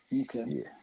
Okay